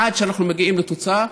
עד שאנחנו מגיעים לתוצאה,